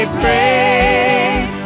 praise